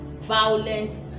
violence